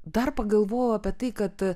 dar pagalvojau apie tai kad